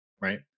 right